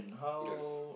yes